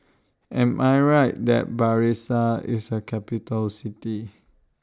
Am I Right that Brasilia IS A Capital City